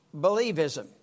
believism